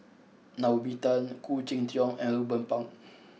Naomi Tan Khoo Cheng Tiong and Ruben Pang